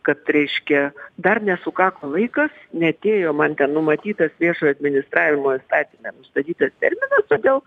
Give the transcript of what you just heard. kad reiškia dar nesukako laikas neatėjo man ten numatytas viešojo administravimo įstatyme nustatytas terminas todėl